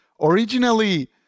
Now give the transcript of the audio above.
Originally